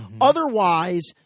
otherwise